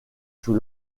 sous